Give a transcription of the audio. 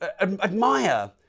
admire